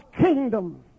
kingdom